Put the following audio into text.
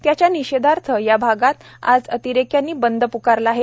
त्याच्या निषेधार्थ या भागात आज अतिरेक्यांनी बंद प्कारला आहे